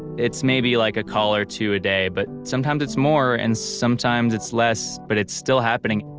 it's maybe like a call or two a day but sometimes it's more and sometimes it's less but it's still happening.